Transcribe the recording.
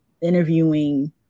interviewing